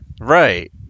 Right